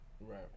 Right